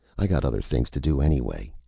i got other things to do anyway.